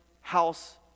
house